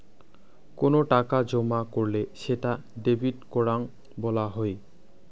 কোনো টাকা জমা করলে সেটা ডেবিট করাং বলা হই